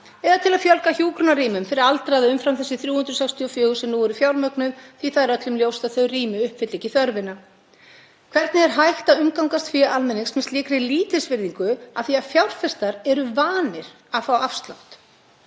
eða til að fjölga hjúkrunarrýmum fyrir aldraða umfram þessi 364 sem nú eru fjármögnuð, því að það er öllum ljóst að þau rými uppfylla ekki þörfina. Hvernig er hægt að umgangast fé almennings með slíkri lítilsvirðingu af því að fjárfestar eru vanir að fá afslátt?